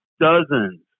dozens